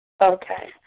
Okay